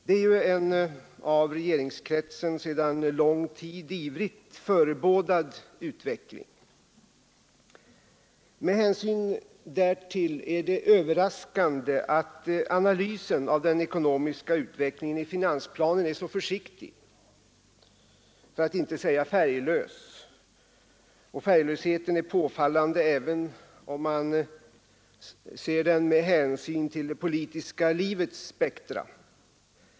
Detta är en av regeringskretsen sedan lång tid ivrigt förebådad utveckling. Med hänsyn därtill är det överraskande att analysen av den ekonomiska utvecklingen i finansplanen är så försiktig, för att inte säga färglös. Färglösheten är påfallande även sett med hänsyn till det politiska livets spektra.